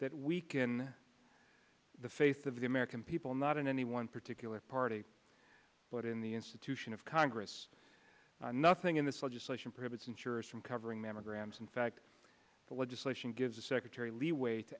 that weaken the faith of the american people not in any one particular party but in the institution of congress nothing in this legislation prohibits insurers from covering mammograms in fact the legislation gives the secretary leeway to